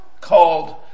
called